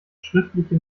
schriftliche